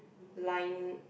line